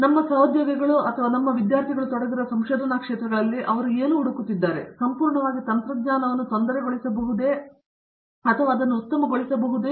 ಆದ್ದರಿಂದ ನಮ್ಮ ಸಹೋದ್ಯೋಗಿಗಳು ಮತ್ತು ನಮ್ಮ ವಿದ್ಯಾರ್ಥಿಗಳು ತೊಡಗಿರುವ ಸಂಶೋಧನಾ ಕ್ಷೇತ್ರಗಳಲ್ಲಿ ಅವರು ಏನು ಹುಡುಕುತ್ತಿದ್ದಾರೆ ಅವರು ಸಂಪೂರ್ಣವಾಗಿ ತಂತ್ರಜ್ಞಾನವನ್ನು ತೊಂದರೆಗೊಳಿಸಬಹುದೇ ಎಂದು ಅವರು ನೋಡುತ್ತಾರೆ ಅವರು ಬಹುಶಃ ಹೊಸದಾಗಿ ಬರಬಹುದು